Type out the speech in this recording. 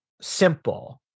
simple